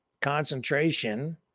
concentration